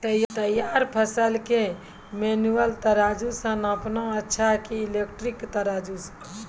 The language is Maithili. तैयार फसल के मेनुअल तराजु से नापना अच्छा कि इलेक्ट्रॉनिक तराजु से?